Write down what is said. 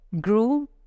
grew